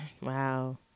Wow